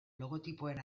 logotipoen